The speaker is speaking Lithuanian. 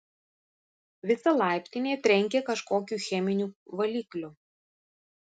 visa laiptinė trenkė kažkokiu cheminiu valikliu